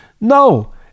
no